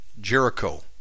Jericho